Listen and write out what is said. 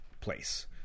place